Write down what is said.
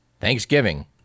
Thanksgiving